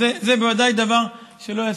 זה בוודאי דבר שלא ייעשה.